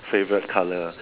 favourite colour